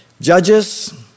Judges